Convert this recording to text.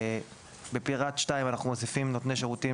בפרט 2 אנחנו מוסיפים נותני שירותים